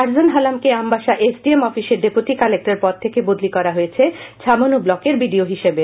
Curzon Halam কে Ambassa SDM অফিসের deputy collector পদ থেকে বদলি করা হয়েছে ছামনু ব্লকের বিডিও হিসেবে